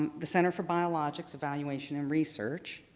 the center for biologics, evaluation and research,